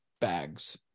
bags